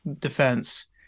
defense